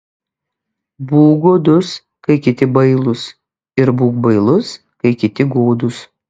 būk godus kai kiti bailūs ir būk bailus kai kiti godūs